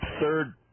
third